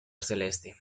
celeste